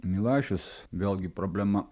milašius vėlgi problema